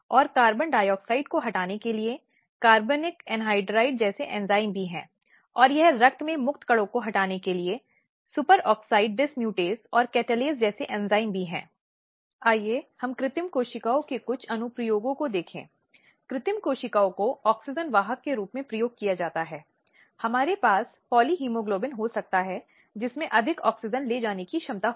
फिर कन्या भ्रूण हत्या का मुद्दा है जिसे हमने संदर्भित किया है यह अभी भी एक समस्या है जो भारत में अस्तित्व में है जहां अजन्मे बच्चे को किसी न किसी रूप में मौत के घाट उतार दिया जाता है क्योंकि वह कन्या बच्ची है और इसलिए परिवार में सबसे अनभिलाषित है